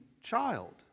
child